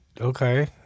okay